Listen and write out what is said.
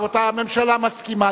רבותי, הממשלה מסכימה.